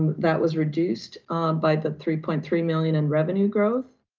that was reduced by the three point three million in revenue growth,